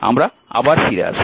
আমরা আবার ফিরে আসব